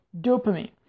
dopamine